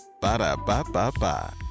Ba-da-ba-ba-ba